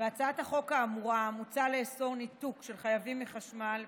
בהצעת החוק האמורה מוצע לאסור ניתוק של חייבים מחשמל,